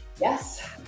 Yes